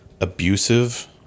abusive